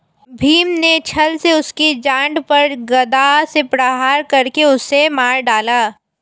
भीम ने छ्ल से उसकी जांघ पर गदा से प्रहार करके उसे मार डाला